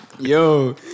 Yo